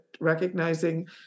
recognizing